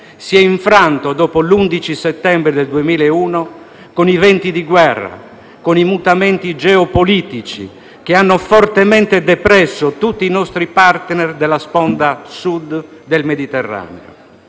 si è infranto dopo l'11 settembre del 2001 con i venti di guerra e con i mutamenti geopolitici, che hanno fortemente depresso tutti i nostri *partner* della sponda Sud del Mediterraneo.